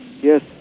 Yes